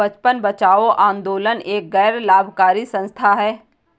बचपन बचाओ आंदोलन एक गैर लाभकारी संस्था है